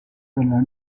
della